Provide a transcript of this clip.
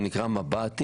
זה נקרא מב"טים,